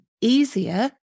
easier